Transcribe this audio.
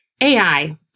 AI